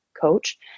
coach